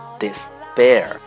despair